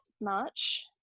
March